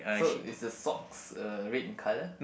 so is the socks uh red in colour